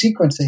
sequencing